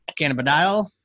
Cannabidiol